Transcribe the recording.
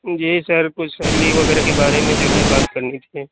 جی sir کچھ salary وغیرہ کے بارے میں جو ہے بات کرنی تھی